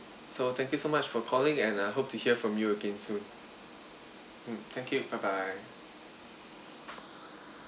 so thank you so much for calling and I hope to hear from you again soon mm thank you bye bye